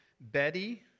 Betty